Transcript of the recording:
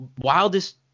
wildest